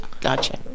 Gotcha